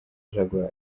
jaguar